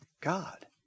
God